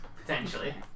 potentially